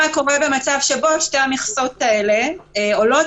מה קורה במצב שבו שתי המכסות האלה עולות